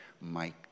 Mike